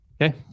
Okay